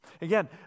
Again